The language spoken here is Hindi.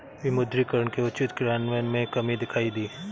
विमुद्रीकरण के उचित क्रियान्वयन में कमी दिखाई दी